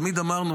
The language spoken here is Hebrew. תמיד אמרנו,